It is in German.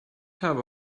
habe